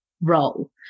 role